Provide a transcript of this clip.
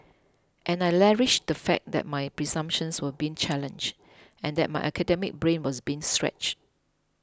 and I relished the fact that my presumptions were being challenged and that my academic brain was being stretched